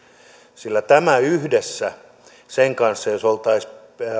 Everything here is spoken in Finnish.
sillä tämä yhdessä sen kanssa jos oltaisiin